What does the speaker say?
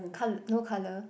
col~ no colour